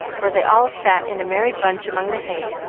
where they all sat in a merry bunch among the hay,